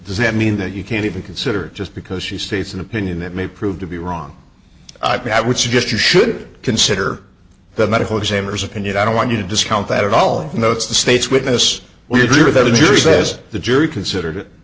does that mean that you can't even consider just because she states an opinion that may prove to be wrong i mean i would suggest you should consider the medical examiner's opinion i don't want you to discount that at all notes the state's witness we agree with that in your says the jury considered it